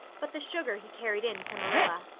but the sugar he carried in to marilla.